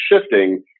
shifting